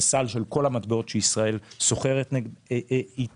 הסל של כל המטבעות שישראל סוחרת איתם,